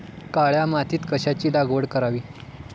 काळ्या मातीत कशाची लागवड करावी?